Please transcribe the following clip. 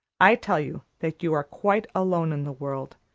i tell you that you are quite alone in the world,